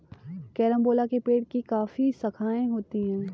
carambola के पेड़ की काफी शाखाएं होती है